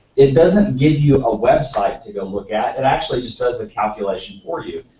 it doesn't give you a website to go look at. it actually just does the calculation for you.